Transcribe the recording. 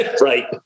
Right